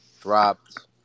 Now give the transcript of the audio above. dropped